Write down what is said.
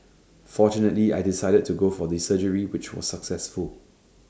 fortunately I decided to go for the surgery which was successful